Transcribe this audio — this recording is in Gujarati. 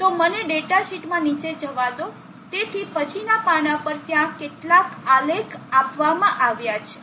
તો મને ડેટા શીટમાં નીચે જવા દો તેથી પછીનાં પાના પર ત્યાં કેટલાક આલેખ આપવામાં આવ્યા છે